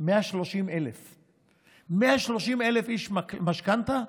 130,000. 130,000 איש לקחו משכנתה,